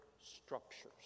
structures